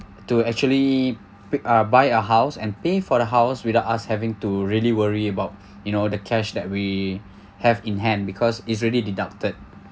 to actually pick uh buy a house and pay for the house without us having to really worry about you know the cash that we have in hand because it's already deducted